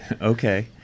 Okay